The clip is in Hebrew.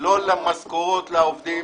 לא משכורות לעובדים,